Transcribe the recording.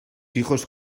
hijos